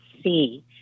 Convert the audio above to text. see